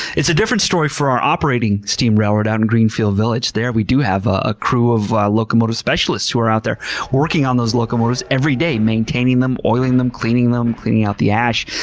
it's a different story for our operating steam railroad out in greenfield village. there we do have a crew of a locomotive specialists who are out there working on locomotives every day, maintaining them, oiling them, cleaning them, cleaning out the ash,